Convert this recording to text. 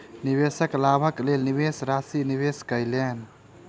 निवेशक लाभक लेल निवेश राशि निवेश कयलैन